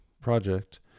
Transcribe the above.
project